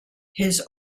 his